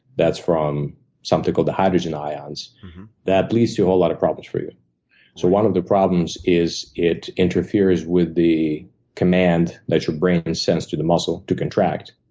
that's from something called the hydrogen ions that leads to a whole lot of problems for you. so one of the problems is it interferes with the command that your brain and sends to the muscle to contract.